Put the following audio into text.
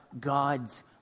God's